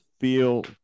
feel